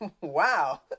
Wow